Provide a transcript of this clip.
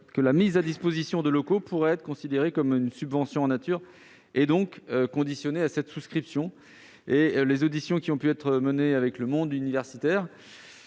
sur la mise à disposition de locaux qui pourrait être considérée comme une subvention en nature et donc conditionnée à cette souscription. Les auditions des représentants du monde universitaire